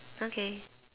okay